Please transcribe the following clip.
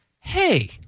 Hey